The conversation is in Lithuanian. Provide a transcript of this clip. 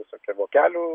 visokie vokelių